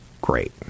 great